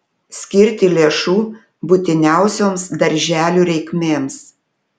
skirti lėšų būtiniausioms darželių reikmėms